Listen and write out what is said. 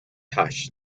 tough